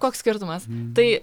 koks skirtumas tai